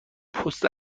پست